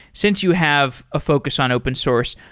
since you have a focus on open source,